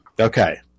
Okay